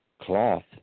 cloth